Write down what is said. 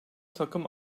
takım